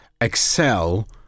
excel